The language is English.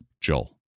Joel